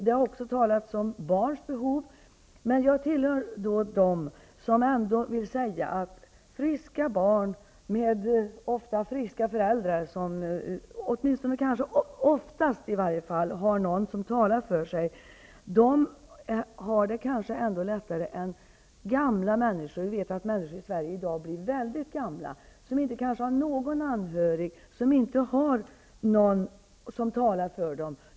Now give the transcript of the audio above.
Det har också talats om barns behov. Jag tillhör dem som anser att friska barn med ofta friska föräldrar, som i varje fall oftast har någon som talar för sig, ändå har det lättare än gamla människor -- vi vet att människor i Sverige i dag blir väldigt gamla -- som kanske inte har någon anhörig och som inte har någon som talar för dem.